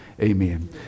Amen